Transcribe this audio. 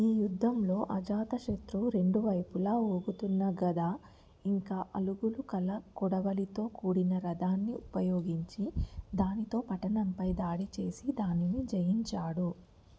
ఈ యుద్ధంలో అజాతశత్రువు రెండు వైపులా ఊగుతున్న గద ఇంకా అలుగులు కల కొడవలితో కూడిన రథాన్ని ఉపయోగించి దానితో పట్టణంపై దాడి చేసి దానిని జయించాడు